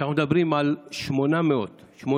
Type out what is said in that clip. כשאנחנו מדברים על 800 תלמידים